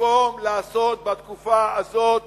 במקום לעשות בתקופה הזאת